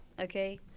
Okay